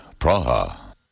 Praha